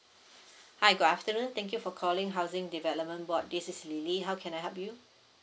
hi good afternoon thank you for calling housing development board this is lily how can I help you